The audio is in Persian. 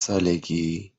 سالگی